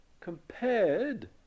compared